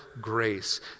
grace